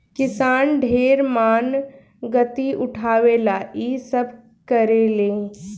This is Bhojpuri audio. किसान ढेर मानगती उठावे ला इ सब करेले